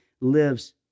lives